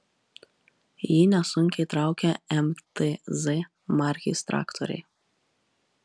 jį nesunkiai traukia mtz markės traktoriai